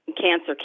cancer